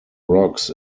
rocks